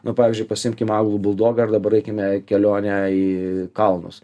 nu pavyzdžiui pasiimkim augalų buldogą ir dabar eikime kelionę į kalnus